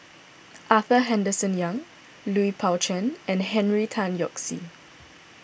Arthur Henderson Young Lui Pao Chuen and Henry Tan Yoke See